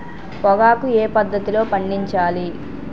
పొగాకు ఏ పద్ధతిలో పండించాలి?